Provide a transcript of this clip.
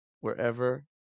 wherever